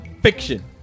Fiction